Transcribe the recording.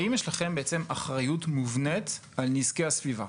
האם יש לכם בעצם אחריות מובנית על נזקי הסביבה?